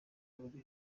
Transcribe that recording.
muri